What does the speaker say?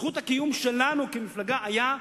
זכות הקיום שלנו כמפלגה היתה,